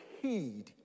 heed